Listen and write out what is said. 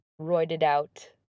roided-out